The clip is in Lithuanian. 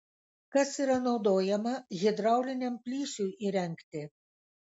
kas yra naudojama hidrauliniam plyšiui įrengti